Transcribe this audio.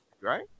right